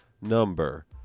number